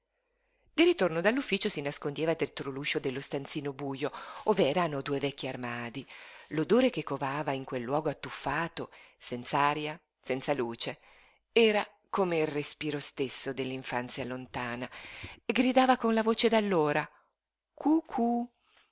ritorno dall'ufficio si nascondeva dietro l'uscio dello stanzino bujo ov'erano due vecchi armadi l'odore che covava in quel luogo attufato senz'aria senza luce era come il respiro stesso dell'infanzia lontana gridava con la voce d'allora cu-cu